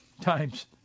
times